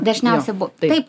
dažniausia bu taip